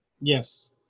Yes